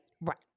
Right